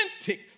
authentic